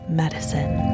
medicine